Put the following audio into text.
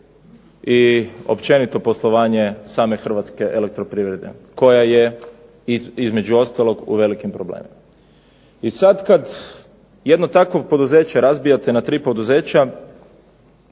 i općenito poslovanje same hrvatske elektroprivrede koja je između ostalog u velikim problemima. I sada kada jedno takvo poduzeće razbijate na tri poduzeća